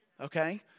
okay